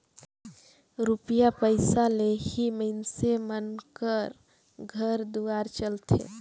रूपिया पइसा ले ही मइनसे मन कर घर दुवार चलथे